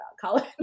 College